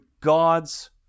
God's